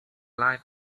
life